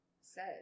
says